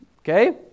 Okay